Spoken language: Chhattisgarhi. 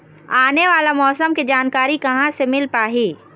आने वाला मौसम के जानकारी कहां से मिल पाही?